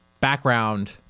background